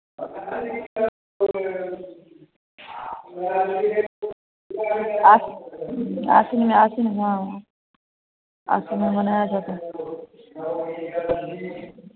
आश्विन में आती है न आश्विन में मनाया जाता है